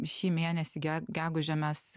šį mėnesį ge gegužę mes